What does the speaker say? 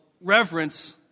reverence